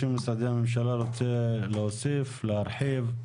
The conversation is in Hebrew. ממשרדי הממשלה שרוצה להוסיף, להרחיב?